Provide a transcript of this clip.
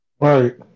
Right